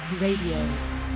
Radio